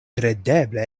kredeble